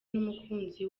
n’umukunzi